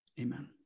Amen